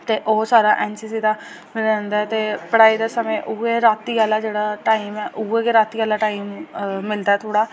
ते ओह् सारा एन सी सी दा रैह्ंदा ते पढ़ाई दा समें उ'ऐ रातीं आह्ला जेह्ड़ा टाइम ऐ उ'ऐ रातीं आह्ला गै टाइम मिलदा थोह्ड़ा